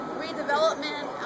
redevelopment